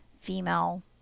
female